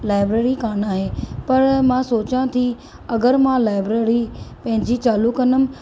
library कोन्ह आहे पर मां सोचां थी अगरि मां लाइब्रेरी पंहिंजी चालू कंदमि